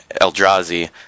eldrazi